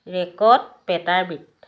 record petabit